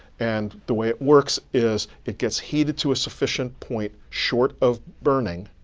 and the way it works is, it gets heated to a sufficient point, short of burning,